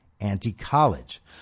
anti-college